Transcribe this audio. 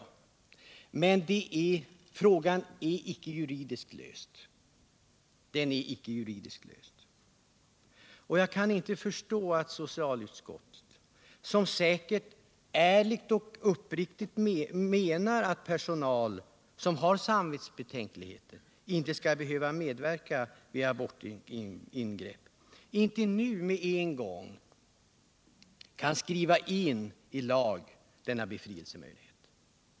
Men frågan är inte juridiskt löst. Och jag kan inte förstå att socialutskottet, som säkert ärligt och uppriktigt menar att personal som har samvetsbetänkligheter inte skall behöva medverka vid abortingrepp, inte nu med en gång vill skriva in i lag denna befrielsemöjlighet.